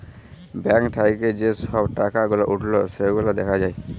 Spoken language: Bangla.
ব্যাঙ্ক থাক্যে যে সব টাকা গুলা উঠল সেগুলা দ্যাখা যায়